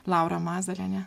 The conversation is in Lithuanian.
laura mazaliene